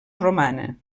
romana